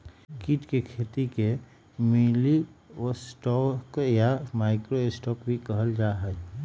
कीट के खेती के मिनीलिवस्टॉक या माइक्रो स्टॉक भी कहल जाहई